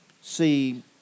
see